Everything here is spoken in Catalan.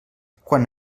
quan